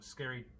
Scary